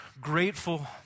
grateful